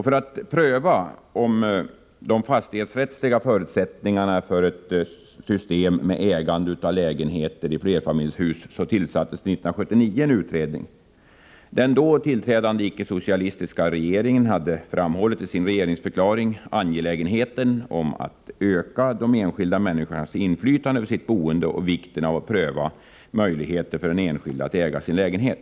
För att pröva de fastighetsrättsliga förutsättningarna för ett system med ägande av lägenheter i flerfamiljshus tillsattes en utredning år 1979. Den då tillträdande icke-socialistiska regeringen hade i sin regeringsförklaring framhållit angelägenheten av att öka de enskilda människornas inflytande över sitt boende och vikten av att pröva möjligheterna för den enskilde att äga sin lägenhet.